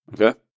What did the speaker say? Okay